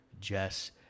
Jess